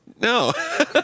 No